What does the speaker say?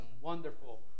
wonderful